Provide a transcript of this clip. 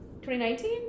2019